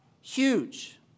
Huge